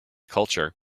culture